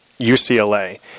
ucla